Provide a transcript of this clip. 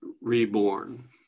reborn